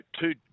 two